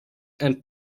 and